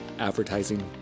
advertising